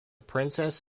princess